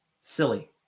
Silly